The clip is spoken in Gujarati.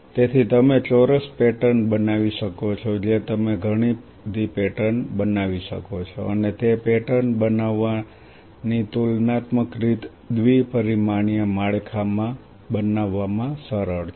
તેથી તમે ચોરસ પેટર્ન બનાવી શકો છો જે તમે ઘણી બધી પેટર્ન બનાવી શકો છો અને તે પેટર્ન બનાવવી તુલનાત્મક રીતે દ્વિ પરિમાણીય માળખા માં બનાવવામાં સરળ છે